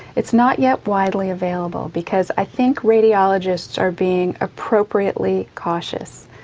it's not yet widely available because i think radiologists are being appropriately cautious.